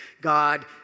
God